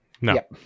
No